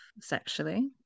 sexually